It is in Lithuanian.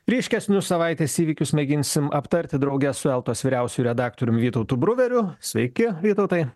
ryškesnius savaitės įvykius mėginsim aptarti drauge su eltos vyriausiuoju redaktorium vytautu bruveriu sveiki vytautai